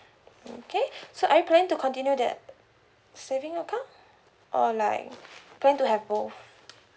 okay so are you planning to continue that saving account or like planning to have both